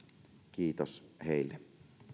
kiitos heille